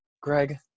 Greg